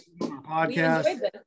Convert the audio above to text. podcast